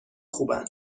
خوبن